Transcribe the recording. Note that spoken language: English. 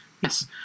Yes